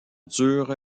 dure